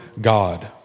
God